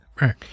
right